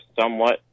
somewhat